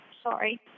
sorry